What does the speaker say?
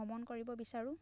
ভ্ৰমণ কৰিব বিচাৰোঁ